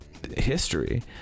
History